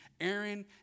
Aaron